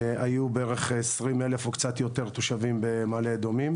היו בערך 20,000 או קצת יותר במעלה אדומים,